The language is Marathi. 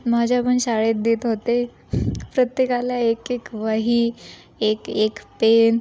माझ्या पण शाळेत देत होते प्रत्येकाला एक एक वही एक एक पेन